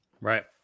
Right